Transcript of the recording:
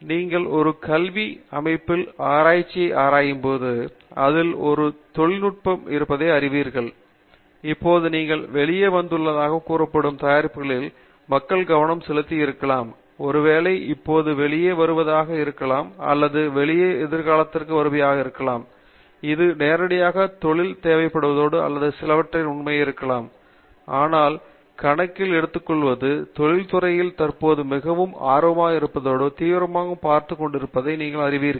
நீங்கள் ஒரு கல்வி அமைப்பில் ஆராய்ச்சியை ஆராயும்போது அதில் ஒரு தொழில்துறை இருப்பதை அறிவீர்கள் இப்போது நீங்கள் வெளியே வந்துள்ளதாகக் கூறப்படும் தயாரிப்புகளில் மக்கள் கவனம் செலுத்தி இருக்கலாம் ஒருவேளை இப்போது வெளியே வருவதாக இருக்கலாம் அல்லது வெளியே எதிர்காலத்திற்கு வருபவையாக இருக்கிறது இது நேரடியாக தொழில் தேவைப்படுவதோடு அல்ல சிலவற்றில் உண்மை இருக்கலாம் ஆனால் கணக்கில் எடுத்துக்கொள்வது தொழில் துறையில் தற்போது மிகவும் ஆர்வமாக இருப்பதோடு தீவிரமாக பார்த்துக் கொண்டிருப்பதை நீங்கள் அறிந்திருக்கிறீர்கள்